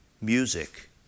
Music